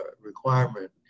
requirement